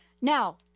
Now